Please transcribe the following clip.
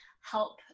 help